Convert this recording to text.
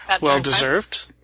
Well-deserved